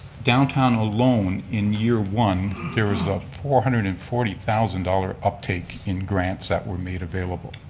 downtown alone in year one, there was a four hundred and forty thousand dollars uptake in grants that were made available.